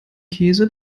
käse